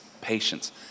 patience